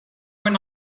went